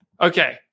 Okay